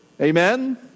Amen